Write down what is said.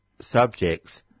subjects